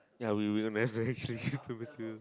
ya we will manage the H three three cubicle